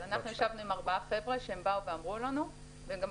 אנחנו ישבנו עם ארבעה חבר'ה שמחזיקים גם את